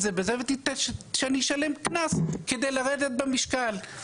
זה בזה ושאני אשלם קנס כדי לרדת במשקל.